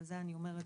אבל זה אני אומרת